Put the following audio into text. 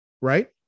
right